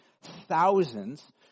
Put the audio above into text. thousands